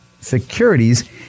securities